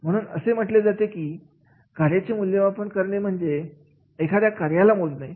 म्हणून असे म्हटले जाते की कार्याचे मूल्यमापन करणे म्हणजे एखाद्या कार्याला मोजणे